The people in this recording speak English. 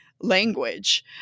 language